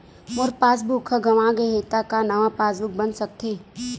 मोर passbook ह गंवा गे हे त का नवा पास बुक बन सकथे?